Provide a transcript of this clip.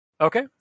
okay